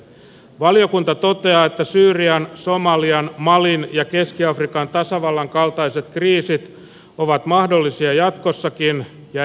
valiokunta toteaa että syyrian somalian malin ja keski afrikan tasavallan kaltaiset kriisit ovat mahdollisia jatkossakin ja edellyttävät toimia